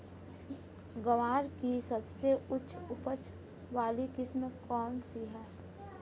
ग्वार की सबसे उच्च उपज वाली किस्म कौनसी है?